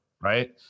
right